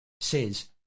says